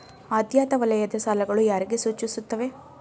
ಆದ್ಯತಾ ವಲಯದ ಸಾಲಗಳು ಯಾರಿಗೆ ಸೂಚಿಸುತ್ತವೆ?